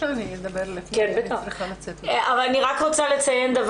אלין, אני רק רוצה לציין,